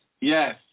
Yes